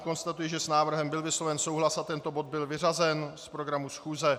Konstatuji, že s návrhem byl vysloven souhlas a tento bod byl vyřazen z programu schůze.